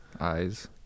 eyes